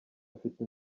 afite